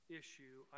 issue